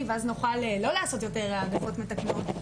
ואז נוכל לא לעשות יותר העדפות מתקנות,